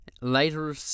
Later